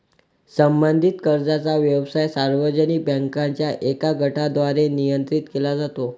संबंधित कर्जाचा व्यवसाय सार्वजनिक बँकांच्या एका गटाद्वारे नियंत्रित केला जातो